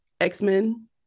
X-Men